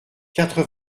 quatre